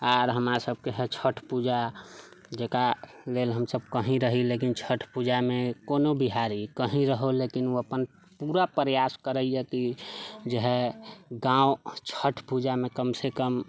आर हमार सबके हइ छठि पूजा जेकरा लेल हमसब कही रही लेकिन छठि पूजामे कोनो बिहारी कही रहू लेकिन ओ अपन पूरा प्रयास करैया कि जे हइ गाँव छठि पूजामे कमसँ कम